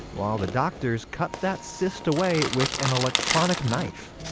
while the doctors cut that cyst away with an electronic knife